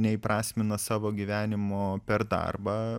neįprasmina savo gyvenimo per darbą